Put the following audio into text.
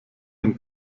ein